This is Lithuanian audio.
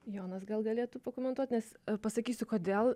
jonas gal galėtų pakomentuot nes pasakysiu kodėl